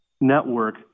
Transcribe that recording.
network